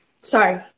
sorry